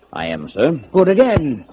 i am soon put again